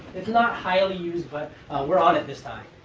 it's not highly used, but we're on it this time.